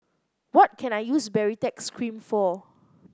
what can I use Baritex Cream for